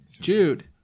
Jude